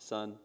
Son